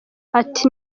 ati